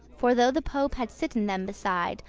for, though the pope had sitten them beside,